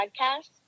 podcast